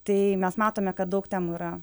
tai mes matome kad daug temų yra